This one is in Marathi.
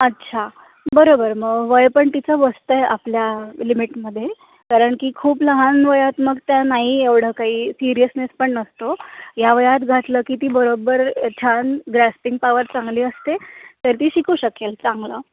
अच्छा बरं बरं मग वय पण तिचं बसत आहे आपल्या लिमिटमध्ये कारण की खूप लहान वयात मग त्या नाही एवढं काही सिरियसनेस पण नसतो ह्या वयात घातलं की ती बरोबर छान ग्रॅस्पिंग पावर चांगली असते तर ती शिकू शकेल चांगलं